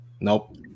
Nope